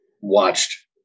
watched